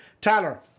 Tyler